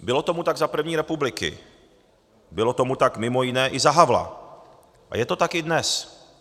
Bylo tomu tak za první republiky, bylo tomu tak mimo jiné i za Havla a je to tak i dnes.